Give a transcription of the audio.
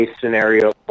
scenario